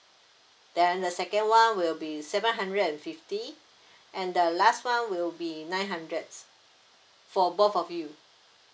then the second one will be seven hundred and fifty and the last one will be nine hundred for both of you